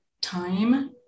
time